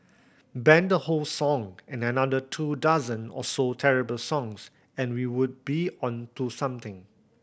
ban the whole song and another two dozen or so terrible songs and we would be on to something